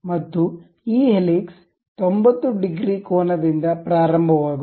ಮತ್ತು ಈ helix 90 degree ಕೋನದಿಂದ ಪ್ರಾರಂಭವಾಗುತ್ತದೆ